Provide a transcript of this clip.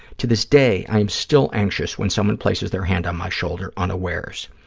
to this day, i am still anxious when someone places their hand on my shoulder unawares.